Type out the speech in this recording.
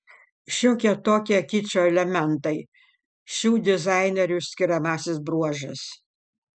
šiokie tokie kičo elementai šių dizainerių skiriamasis bruožas